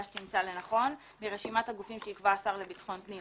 שתמצא לנכון מרשימת הגופים שיקבע השר לביטחון פנים